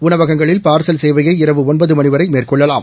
ஊணவகங்களில் parcel சேவையை இரவு ஒன்பது மணி வரை மேற்கொள்ளலாம்